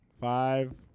Five